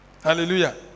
Hallelujah